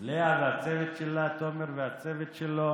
ללאה והצוות שלה, לתומר והצוות שלו